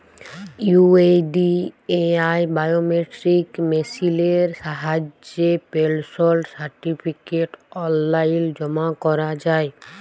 UIDAI biometric মেসিলের সাহায্যে personal certificate অললাইল জমা ক্যরা যায়